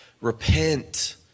Repent